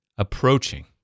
approaching